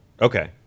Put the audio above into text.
Okay